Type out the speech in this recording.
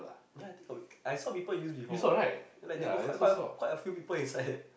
ya I think got people I saw people use before like they got quite quite quite a few people inside leh